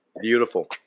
Beautiful